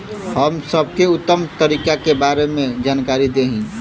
हम सबके उत्तम तरीका के बारे में जानकारी देही?